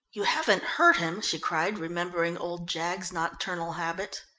you haven't hurt him? she cried, remembering old jaggs's nocturnal habits.